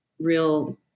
real